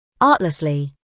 Artlessly